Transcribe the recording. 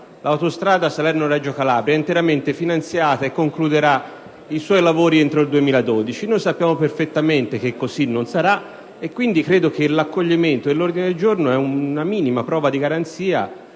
l'autostrada Salerno-Reggio Calabria è interamente finanziata e che i lavori si concluderanno entro il 2012. Sappiamo perfettamente che non sarà così e credo che l'accoglimento dell'ordine del giorno sia una minima prova di garanzia